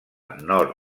nord